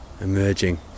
emerging